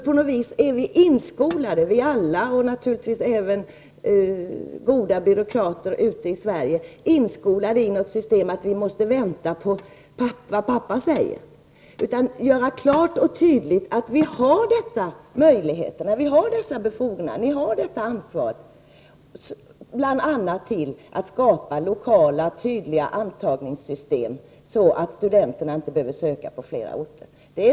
På något sätt är vi alla inskolade -- och naturligtvis även goda byråkrater ute i landet -- i ett system där man föreställer sig att man måste vänta på vad pappa säger. Vi måste alltså göra klart att det finns möjligheter, befogenheter och ansvar -- bl.a. för att skapa lokala, tydliga antagningssystem, så att studenterna inte behöver söka på flera orter.